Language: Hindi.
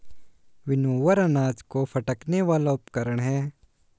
विनोवर अनाज को फटकने वाला उपकरण है